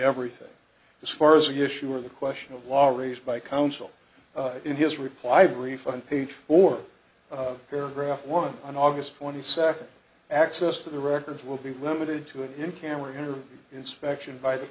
everything as far as the issue of the question of law raised by counsel in his reply brief on page four of paragraphs one on august twenty second access to the records will be limited to it in camera inspection by the